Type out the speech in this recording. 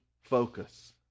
focus